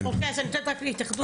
אז אתה תתייחס לזה.